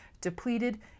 depleted